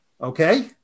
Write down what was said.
Okay